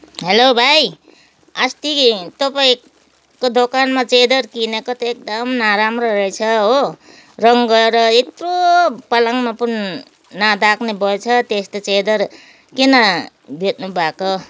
hello भाइ अस्ति तपाईँको देकानमा च्यादर किनेको त एकदम नराम्रो रहेछ हो रङ्ग गएर यत्रो पालङ्गमा पनि नढाक्ने भएछ त्यस्तो चादर किन बेच्नु भएको